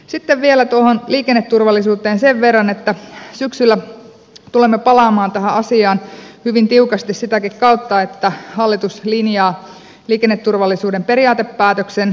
sitten vielä tuohon liikenneturvallisuuteen sen verran että syksyllä tulemme palaamaan tähän asiaan hyvin tiukasti sitäkin kautta että hallitus linjaa liikenneturvallisuuden periaatepäätöksen